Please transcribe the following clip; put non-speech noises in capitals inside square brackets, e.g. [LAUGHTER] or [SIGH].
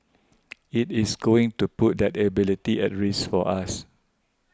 [NOISE] it is going to put that ability at risk for us